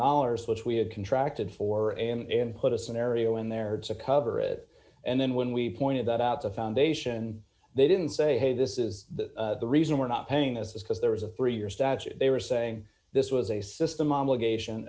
dollars which we had contract at four am and put a scenario in there to cover it and then when we pointed that out to foundation they didn't say hey this is the reason we're not paying as because there was a three year statute they were saying this was a system obligation